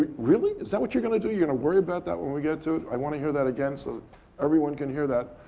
really? is that what you're going to do? you're going to worry about that when we get to it? i want to hear that again so everyone can hear that.